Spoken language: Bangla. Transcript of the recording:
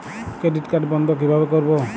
ক্রেডিট কার্ড বন্ধ কিভাবে করবো?